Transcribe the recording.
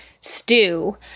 stew